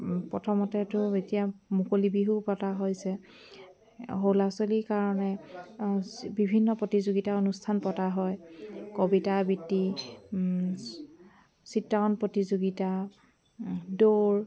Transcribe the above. প্ৰথমতেতো এতিয়া মুকলি বিহুও পতা হৈছে সৰু ল'ৰা ছোৱালীৰ কাৰণে বিভিন্ন প্ৰতিযোগিতা অনুষ্ঠান পতা হয় কবিতা আবৃতি চিত্ৰাংকণ প্ৰতিযোগিতা দৌৰ